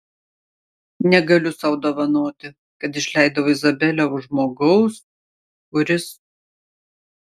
negaliu sau dovanoti kad išleidau izabelę už žmogaus kuris